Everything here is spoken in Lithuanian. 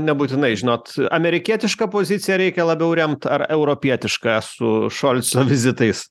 nebūtinai žinot amerikietišką poziciją reikia labiau remt ar europietišką su šolco vizitais